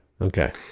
Okay